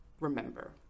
remember